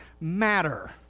matter